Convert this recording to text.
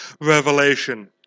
revelation